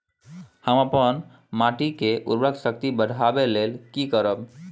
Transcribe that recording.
हम अपन माटी के उर्वरक शक्ति बढाबै लेल की करब?